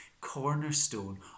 cornerstone